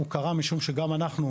הוא קרה משום שגם אנחנו,